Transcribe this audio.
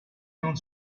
non